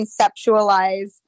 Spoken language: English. conceptualize